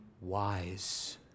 wise